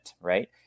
right